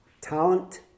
talent